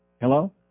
Hello